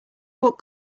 what